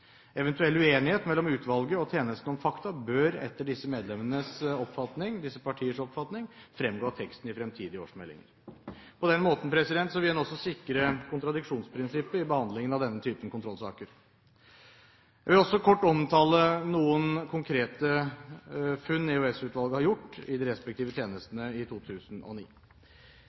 Eventuell uenighet mellom utvalget og tjenestene om fakta bør, etter disse partienes oppfatning, fremgå av teksten i fremtidige årsmeldinger. På den måten vil en også sikre kontradiksjonsprinsippet i behandlingen av denne typen kontrollsaker. Jeg vil også kort omtale noen konkrete funn EOS-utvalget har gjort i de respektive tjenestene i 2009.